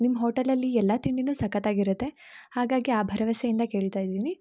ನಿಮ್ಮ ಹೋಟೆಲಲ್ಲಿ ಎಲ್ಲ ತಿಂಡಿ ಸಕ್ಕತಾಗಿರುತ್ತೆ ಹಾಗಾಗಿ ಆ ಭರವಸೆ ಇಂದ ಕೇಳ್ತಾಯಿದೀನಿ